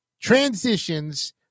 transitions